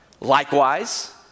Likewise